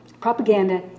propaganda